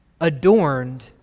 adorned